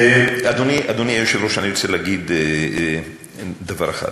אדוני היושב-ראש, אני רוצה להגיד דבר אחד,